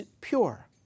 pure